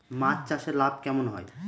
মাছ চাষে লাভ কেমন হয়?